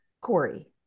Corey